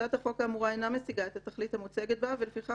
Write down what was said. הצעת החוק האמורה אינה משיגה את התכלית המוצגת בה ולפיכך,